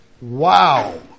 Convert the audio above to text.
Wow